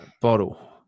bottle